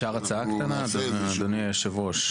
אפשר הצעה קטנה, אדוני היושב-ראש?